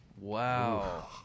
Wow